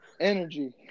energy